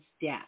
death